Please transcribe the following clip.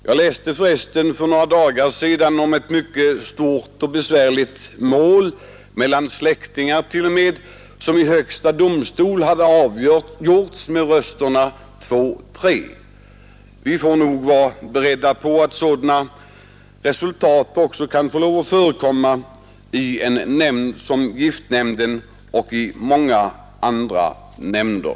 Jag läste för resten för några dagar sedan om ett stort och besvärligt mål — det gällde t.o.m. släktingar — som i högsta domstolen hade avgjorts med rösterna 3—2. Vi får nog vara beredda på sådana resultat såväl i giftnämnden som i många andra nämnder.